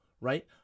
right